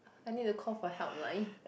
I need to call for helpline